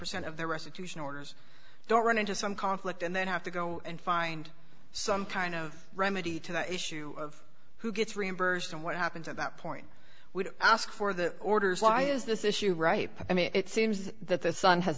percent of the restitution orders don't run into some conflict and then have to go and find some kind of remedy to the issue of who gets reimbursed and what happens at that point i would ask for the orders why is this issue right i mean it seems that the son has